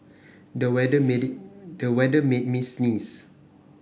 the weather made the weather made me sneeze